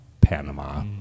Panama